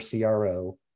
CRO